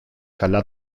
καλά